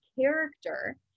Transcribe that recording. character